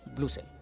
blue sale.